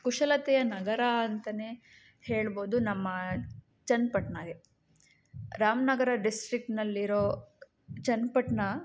ಕುಶಲತೆಯ ನಗರ ಅಂತ ಹೇಳ್ಬೋದು ನಮ್ಮ ಚೆನ್ನಪಟ್ಣಾಗೆ ರಾಮನಗರ ಡಿಸ್ಟ್ರಿಕ್ಟ್ನಲ್ಲಿರೊ ಚೆನ್ನಪಟ್ಣ